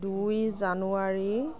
দুই জানুৱাৰী